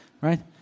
right